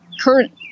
current